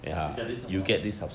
you get this amount